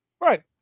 Right